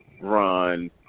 run